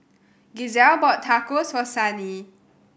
Giselle bought Tacos for Sunny